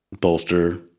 bolster